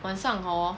晚上 hor